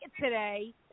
today